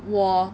我